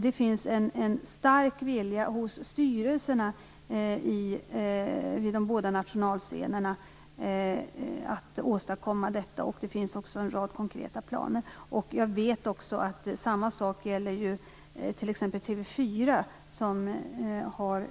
Det finns en stark vilja hos styrelserna vid de båda nationalscenerna att åstadkomma det. Det finns också en rad konkreta planer. Samma sak gäller t.ex. TV 4, som har